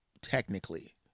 Technically